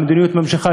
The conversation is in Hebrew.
המדיניות ממשיכה,